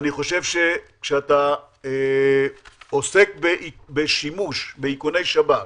כשאתה עוסק בשימוש באיכוני שב"כ